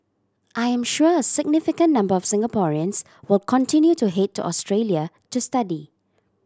I am sure a significant number of Singaporeans will continue to head to Australia to study